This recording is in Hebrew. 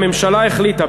הממשלה החליטה,